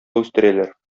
үстерәләр